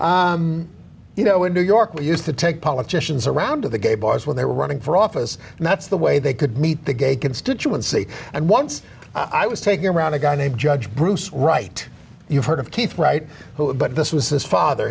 bar you know in new york we used to take politicians around to the gay bars when they were running for office and that's the way they could meet the gay constituency and once i was taking around a guy named judge bruce right you've heard of keith wright who but this was his father